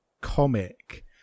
comic